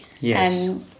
Yes